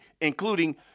including